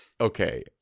okay